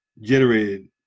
generated